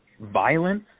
Violence